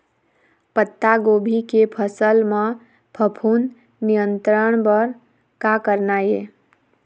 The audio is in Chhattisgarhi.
पत्तागोभी के फसल म फफूंद नियंत्रण बर का करना ये?